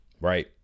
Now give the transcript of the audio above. Right